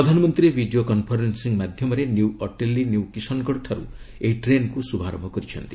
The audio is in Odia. ପ୍ରଧାନମନ୍ତ୍ରୀ ଭିଡ଼ିଓ କନ୍ଫରେନ୍ସିଂ ମାଧ୍ୟମରେ ନିୟୁ ଅଟେଲି ନିୟୁ କିଶନଗଡ଼ ଠାରୁ ଏହି ଟେନ୍କୁ ଶୁଭାରମ୍ଭ କରିଛନ୍ତି